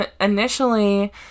Initially